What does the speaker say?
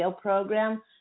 program